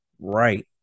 Right